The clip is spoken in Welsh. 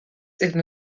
iddyn